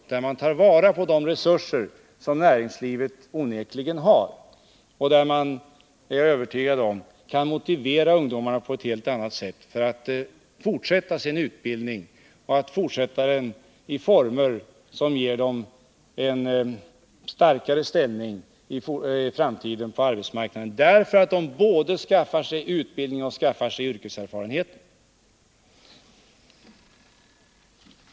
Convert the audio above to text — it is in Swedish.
I det tar man vara på de resurser som näringslivet onekligen har, och där kan man — det är jag övertygad om — motivera ungdomarna på ett helt annat sätt för att fortsätta sin utbildning och göra det i former som ger dem en starkare ställning i framtiden på arbetsmarknaden, därför att de skaffar sig både utbildning och yrkeserfarenheter.